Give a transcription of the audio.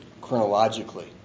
chronologically